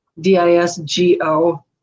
D-I-S-G-O